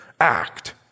act